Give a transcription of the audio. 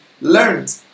learned